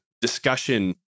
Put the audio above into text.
discussion